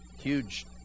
huge